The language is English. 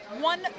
one